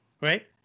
right